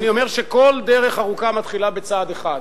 אני אומר שכל דרך ארוכה מתחילה בצעד אחד.